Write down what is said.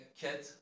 cat